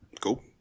Cool